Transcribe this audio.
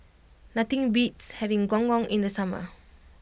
nothing beats having Gong Gong in the summer